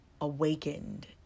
awakened